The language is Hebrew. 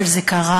אבל זה קרה.